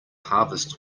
harvest